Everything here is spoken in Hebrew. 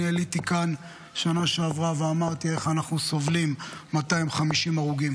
אני עליתי לכאן בשנה שעברה ואמרתי איך אנחנו סובלים 250 הרוגים,